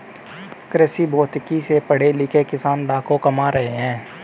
कृषिभौतिकी से पढ़े लिखे किसान लाखों कमा रहे हैं